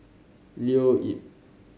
Leo Yip